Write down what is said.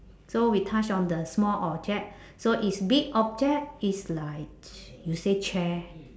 so we touch on the small object so if big object it's like you say chair